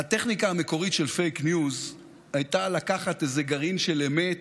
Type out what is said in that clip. הטכניקה המקורית של פייק ניוז הייתה לקחת איזה גרעין של אמת,